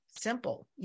simple